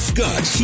Scott